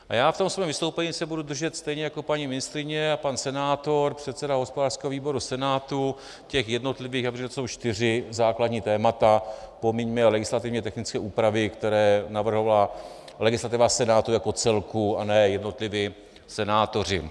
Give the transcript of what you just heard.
Já se ve svém vystoupení budu držet, stejně jako paní ministryně a pan senátor, předseda hospodářského výboru Senátu, těch jednotlivých, já bych řekl, že jsou čtyři základní témata pomiňme legislativně technické úpravy, které navrhovala legislativa Senátu jako celku a ne jednotliví senátoři.